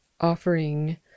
offering